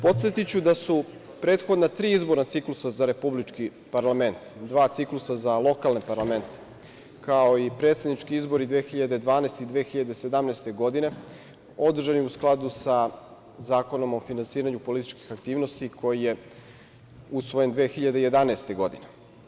Podsetiću da su prethodna tri izborna ciklusa za Republički parlament, dva ciklusa za lokalne parlamente, kao i predsednički izbori 2012. i 2017. godine održani u skladu sa Zakonom o finansiranju političkih aktivnosti, koji je usvojen 2011. godine.